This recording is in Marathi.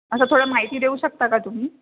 असं थोडं माहिती देऊ शकता का तुम्ही